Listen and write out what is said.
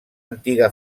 antiga